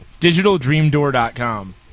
DigitalDreamDoor.com